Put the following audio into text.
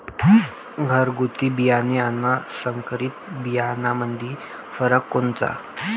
घरगुती बियाणे अन संकरीत बियाणामंदी फरक कोनचा?